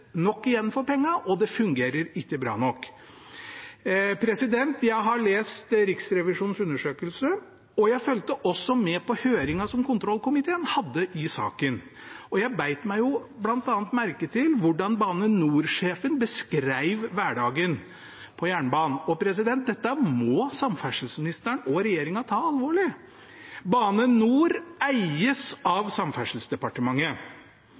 nok igjen for pengene, og det fungerer ikke bra nok. Jeg har lest Riksrevisjonens undersøkelse, og jeg fulgte også med på høringen som kontrollkomiteen hadde i saken. Jeg bet meg bl.a. merke i hvordan Bane NOR-sjefen beskrev hverdagen på jernbanen. Dette må samferdselsministeren og regjeringen ta alvorlig. Bane NOR eies